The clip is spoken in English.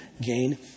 gain